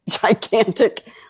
gigantic